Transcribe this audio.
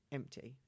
empty